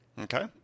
Okay